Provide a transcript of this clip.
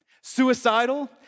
suicidal